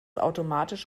automatisch